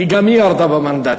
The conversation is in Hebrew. כי גם היא ירדה במנדטים,